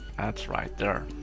that's right there.